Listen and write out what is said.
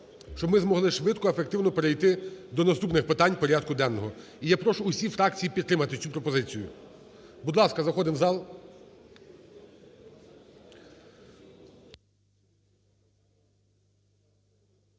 щоб ми змогли швидко, ефективно перейти до наступних питань порядку денного. І я прошу усі фракції підтримати цю пропозицію. Будь ласка, заходимо в зал.